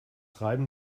reiben